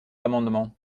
amendement